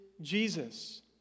Jesus